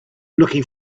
looking